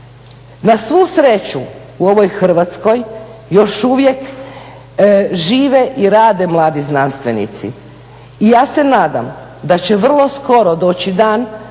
na svu sreću u ovoj Hrvatskoj još uvijek žive i rade mladi znanstvenici. I ja se nadam da će vrlo skoro doći dan